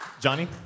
Johnny